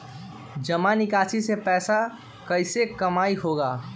जमा निकासी से पैसा कईसे कमाई होई?